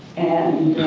and